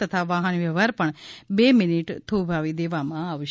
તથા વાહન વ્યવહાર પણ બે મિનિટ થોભાવી દેવામાં આવશે